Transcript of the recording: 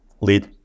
lead